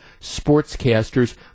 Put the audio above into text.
sportscasters